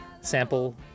sample